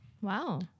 Wow